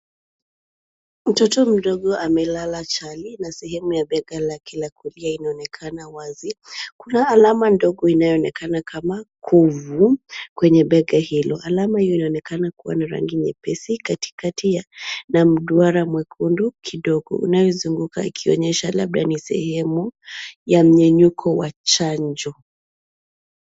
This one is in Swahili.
Mtoto mdogo amelala chali na sehemu ya bega lake la kulia inaonekana wazi. Kuna alama ndogo inayoonekana kama kovu kwenye bega hilo. Alama hiyo inaonekana kuwa na rangi nyepesi katikati ya mduara mwekundu kidogo unaozunguka ukionyesha labda ni sehemu ya mnyenyuko wa chanjo.